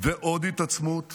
ועוד התעצמות